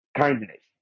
kindness